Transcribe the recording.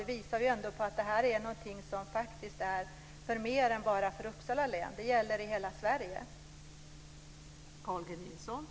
Det visar på att denna fråga gäller fler än bara Uppsala län; den gäller för hela